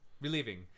relieving